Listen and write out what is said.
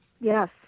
Yes